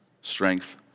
strength